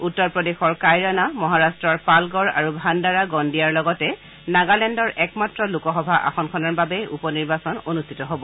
উত্তৰ প্ৰদেশৰ কাইৰানা মহাৰট্টৰ পালগড় আৰু ভাণ্ডাৰা গন্দিয়াৰ লগতে নগালেণ্ডৰ একমাত্ৰ লোকসভা আসনখনৰ বাবে উপ নিৰ্বাচন অনুষ্ঠিত হব